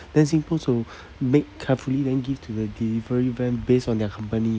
then singpost will make carefully then give to the delivery van based on their company